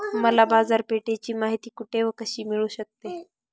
मला बाजारपेठेची माहिती कुठे व कशी मिळू शकते?